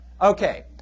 Okay